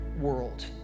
world